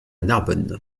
narbonne